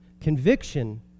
Conviction